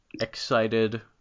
excited